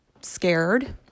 scared